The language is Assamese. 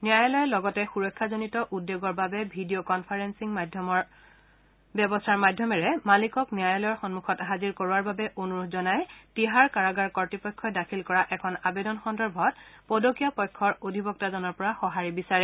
ন্যায়ালয়ে লগতে সুৰক্ষাজনিত উদ্বেগৰ বাবে ভি ডি অ কন্ফাৰেলিং ব্যৱস্থাৰ মাধ্যমেৰে মালিকক ন্যায়ালয়ৰ সন্মুখত হাজিৰ কৰোৱাৰ বাবে অনুৰোধ জনাই তিহাৰ কাৰাগাৰ কৰ্তৃপক্ষই দাখিল কৰা এখন আবেদন সন্দৰ্ভত পদকীয়া পক্ষৰ অধিবক্তাজনৰ পৰা সঁহাৰি বিচাৰে